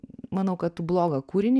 manau kad tu blogą kūrinį